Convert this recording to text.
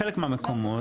בחלק מהמקומות,